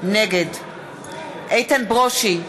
נגד איתן ברושי,